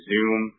Zoom